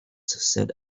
said